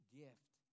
gift